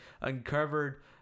uncovered